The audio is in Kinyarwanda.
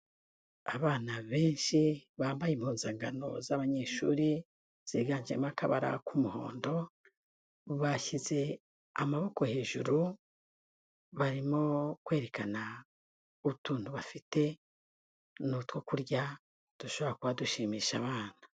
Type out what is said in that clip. Abana benshi bambaye impuzangano z'abanyeshuri ziganjemo akabara k'umuhondo, bashyize amaboko hejuru barimo kwerekana utuntu bafite, ni utwo kurya dushobora kuba dushimisha abana.